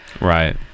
right